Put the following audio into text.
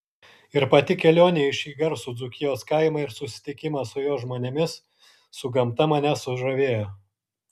ir pati kelionė į šį garsų dzūkijos kaimą ir susitikimas su jo žmonėmis su gamta mane sužavėjo